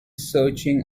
searching